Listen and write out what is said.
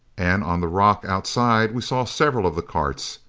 and on the rock outside we saw several of the carts,